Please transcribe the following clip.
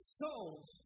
souls